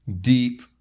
deep